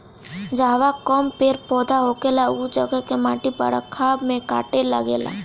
जहवा कम पेड़ पौधा होखेला उ जगह के माटी बरखा में कटे लागेला